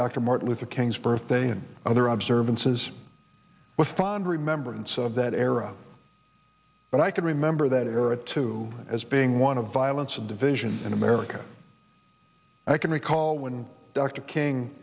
dr martin luther king's birthday and other observances was found remembrance of that era but i can remember that era too as being one of violence of division in america i can recall when dr king